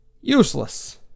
Useless